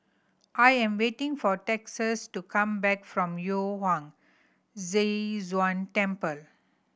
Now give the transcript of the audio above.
I am waiting for Texas to come back from Yu Huang Zhi Zun Temple